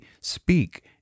speak